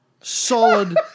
solid